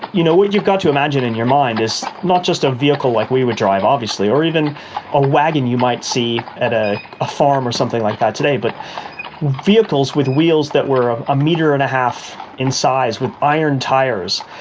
you know you've got to imagine in your mind it's not just a vehicle like we would drive, obviously, or even a wagon you might see at a a farm or something like that today, but vehicles with wheels that were a a metre and a half in size with iron tyres,